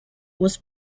was